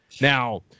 now